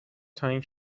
تااین